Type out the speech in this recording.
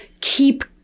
keep